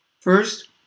First